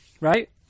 right